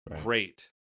great